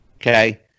okay